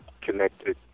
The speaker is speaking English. connected